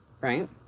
right